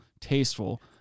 tasteful